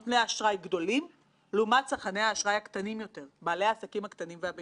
עסקה בנושא זה באופן מלא בשל רוחב היריעה שנפרש בפנינו למרות הסודיות,